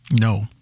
no